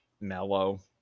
mellow